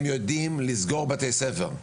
הם יודעים לסגור בתי ספר.